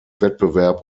wettbewerb